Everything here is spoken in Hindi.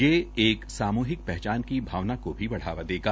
ये एक सामूहिक पहचान की भावना को भी बढ़ावा देगा